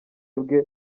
bwe